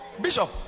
Bishop